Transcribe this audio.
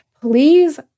Please